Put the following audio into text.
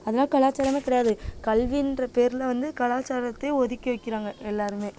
அதலாம் கலாச்சாரமே கிடையாது கல்வின்ற பேரில் வந்து கலாச்சாரத்தையே ஒதுக்கி வைக்கிறாங்க எல்லோருமே